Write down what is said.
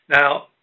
Now